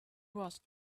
was